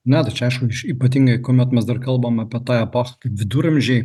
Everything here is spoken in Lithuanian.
ne tai čia aišku iš ypatingai kuomet mes dar kalbam apie tą epochą kaip viduramžiai